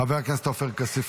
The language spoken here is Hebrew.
חבר הכנסת עופר כסיף,